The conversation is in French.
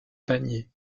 panier